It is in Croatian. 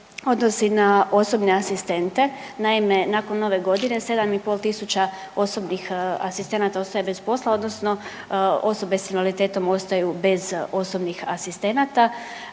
odnosi na osobne asistente. Naime, nakon nove godine 7 i pol tisuća osobnih asistenata ostaje bez posla, odnosno osobe sa invaliditetom ostaju bez osobnih asistenata